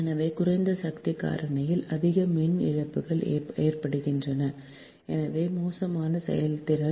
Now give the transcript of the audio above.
எனவே குறைந்த சக்தி காரணியில் அதிக மின் இழப்புகள் ஏற்படுகின்றன எனவே மோசமான செயல்திறன்